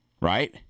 Right